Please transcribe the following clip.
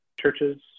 churches